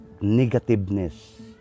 negativeness